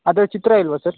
ಅದರ ಚಿತ್ರ ಇಲ್ಲವಾ ಸರ್